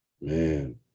Man